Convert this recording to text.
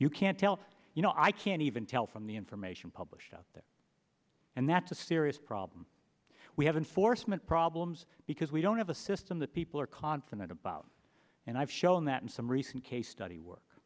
you can't tell you know i can't even tell from the information published out there and that's a serious problem we have enforcement problems because we don't have a system that people are confident about and i've shown that in some recent case study work